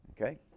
Okay